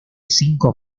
cinco